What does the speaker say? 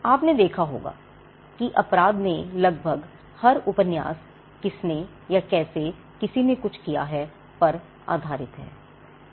आपने देखा होगा कि अपराध में लगभग हर उपन्यास किसने या कैसे किसी ने कुछ किया है पर आधारित होता है